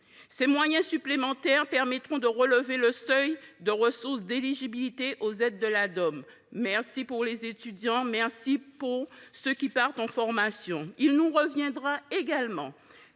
Ces moyens supplémentaires permettront de relever le seuil d’éligibilité aux aides de Ladom – merci pour les étudiants et merci pour tous ceux qui partent en formation ! Il nous reviendra également